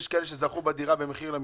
יש מי שזכו בדירה ב"מחיר למשתכן"